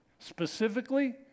Specifically